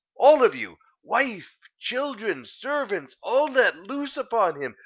all of you wife, children, servants, all let loose upon him,